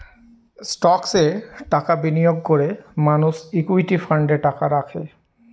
স্টকসে টাকা বিনিয়োগ করে মানুষ ইকুইটি ফান্ডে টাকা রাখে